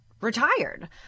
retired